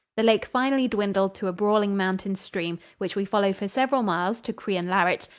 the lake finally dwindled to a brawling mountain stream, which we followed for several miles to crianlarich,